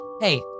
hey